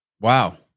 wow